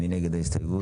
מי נגד,